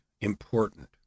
important